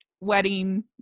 wedding